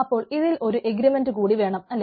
അപ്പോൾ ഇതിൽ ഒരു എഗ്രിമെൻറ് കൂടി വേണം അല്ലെ